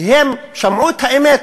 כי הם שמעו את האמת.